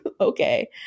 Okay